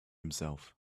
himself